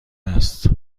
است